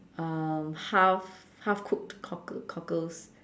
uh half half cooked cockle~ cockles